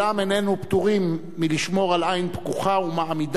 איננו פטורים מלשמור על עין פקוחה ומעמידה על